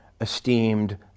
esteemed